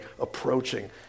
approaching